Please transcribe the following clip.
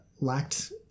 lacked